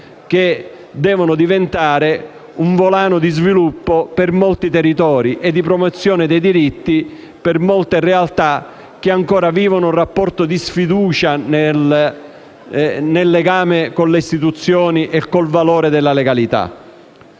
che devono diventare un volano di sviluppo e di promozione di diritti per molte realtà territoriali che ancora vivono un rapporto di sfiducia nel legame con le istituzioni e con il valore della legalità.